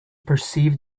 perceived